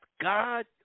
God